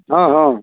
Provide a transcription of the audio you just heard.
हँ हँ